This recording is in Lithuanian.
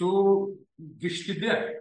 su vištide